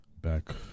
back